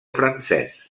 francès